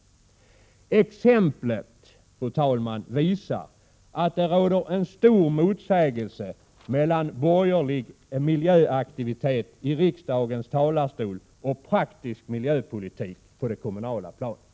Exemplet, fru talman, visar att det råder en stor motsägelse mellan borgerlig miljöaktivitet i riksdagens talarstol och praktisk miljöpolitik på det kommunala planet.